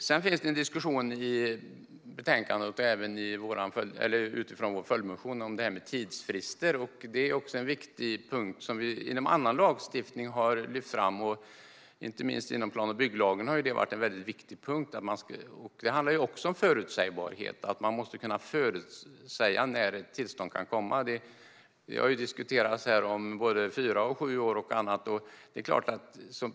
Sedan finns det i betänkandet en diskussion som utgår från vår följdmotion och handlar om tidsfrister. Detta är också en viktig punkt som vi har lyft fram i annan lagstiftning. Inte minst i plan och bygglagen har det varit en viktig punkt. Detta handlar också om förutsägbarhet: Man måste kunna förutsäga när ett tillstånd kan komma. Här har både fyra och sju år och även annat diskuterats.